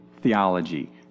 theology